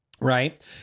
Right